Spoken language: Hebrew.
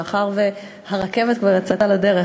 מאחר שהרכבת כבר יצאה לדרך,